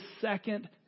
second